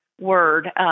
word